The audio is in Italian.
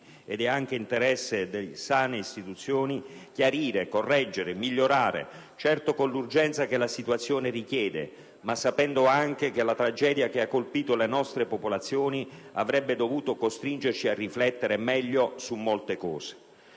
ed è anche interesse di sane istituzioni, chiarire, correggere, migliorare, certo con l'urgenza che la situazione richiede, ma sapendo anche che la tragedia che ha colpito le nostre popolazioni avrebbe dovuto costringerci a riflettere meglio su molte cose.